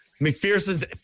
McPherson's